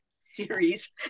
series